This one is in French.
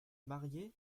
marier